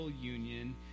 union